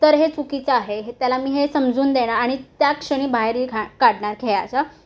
तर हे चुकीचं आहे हे त्याला मी हे समजून देणार आणि त्या क्षणी बाहेरही घा काढणार खेळाच्या